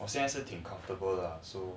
我现在是挺 comfortable 了老实说